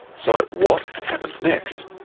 so what happens next?